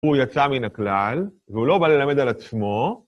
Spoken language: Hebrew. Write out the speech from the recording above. הוא יצא מן הכלל, והוא לא בא ללמד על עצמו.